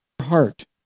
Heart